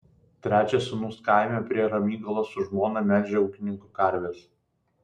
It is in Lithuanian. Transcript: trečias sūnus kaime prie ramygalos su žmona melžia ūkininko karves